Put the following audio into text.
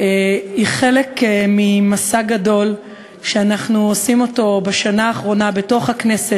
היא חלק ממסע גדול שאנחנו עושים בשנה האחרונה בתוך הכנסת,